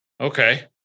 Okay